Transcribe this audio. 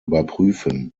überprüfen